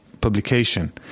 publication